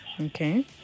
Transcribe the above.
Okay